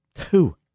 Two